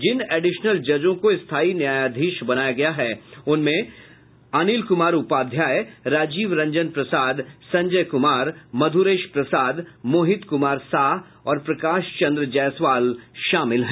जिन additional जजों को स्थायी न्यायाधीश बनाया गया है उनमें अनिल कुमार उपाध्याय राजीव रंजन प्रसाद संजय कुमार मधुरेश प्रसाद मोहित कुमार साह और प्रकाश चंद्र जयसवाल शामिल हैं